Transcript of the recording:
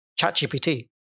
ChatGPT